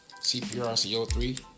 CPRCO3